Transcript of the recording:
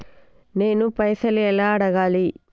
నేను పైసలు ఎలా అడగాలి?